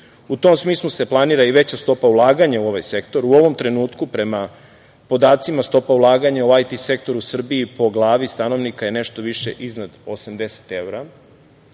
U tom smislu se planira i veća stopa ulaganja u ovaj sektor. U ovom trenutku prema podacima stopa ulaganja u IT sektor u Srbiji po glavi stanovnika je nešto više iznad 80 evra,